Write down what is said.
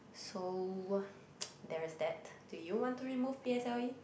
so there is that do you want to remove p_s_l_e